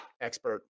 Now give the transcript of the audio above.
expert